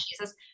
Jesus